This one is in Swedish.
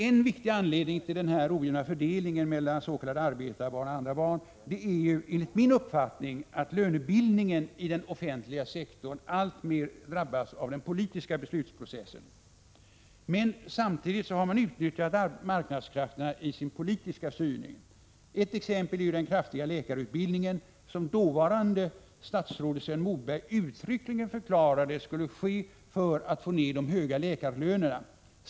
En viktig anledning till den ojämna fördelningen mellan s.k. arbetarbarn och andra barn är enligt min uppfattning att lönebildningen i den offentliga sektorn alltmer drabbas av den politiska beslutsprocessen. Samtidigt har man utnyttjat marknadskrafterna i sin politiska styrning. Ett exempel är den kraftigt ökade läkarutbildningen, som dåvarande statsrådet Sven Moberg uttryckligen förklarade skulle ske för att få ner de höga läkarlönerna.